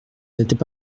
n’était